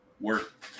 work